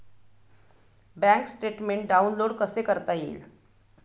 Bank statement download कसे करता येईल?